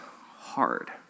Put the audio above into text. hard